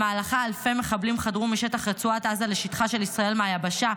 שבמהלכה אלפי מחבלים חדרו משטח רצועת עזה לשטחה של ישראל מהיבשה,